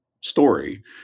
story